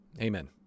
Amen